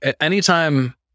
anytime